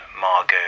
Margot